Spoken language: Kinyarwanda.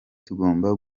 tugomba